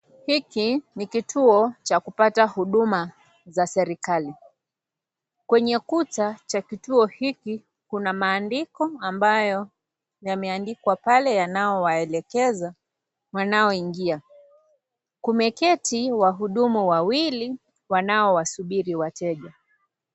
Hiki ni kituo cha kupata huduma za serikali kwenye kuta cha kituo hiki kuna maandiko ambayo yameandikwa pale yanayo waelekeza wanaoingia kumeketi wahudumu wawili wanao wasubiri wateja.